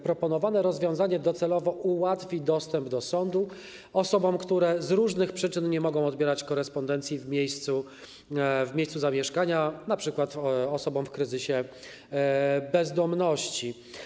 Proponowane rozwiązanie docelowo ułatwi dostęp do sądu osobom, które z różnych przyczyn nie mogą odbierać korespondencji w miejscu zamieszkania, np. osobom w kryzysie bezdomności.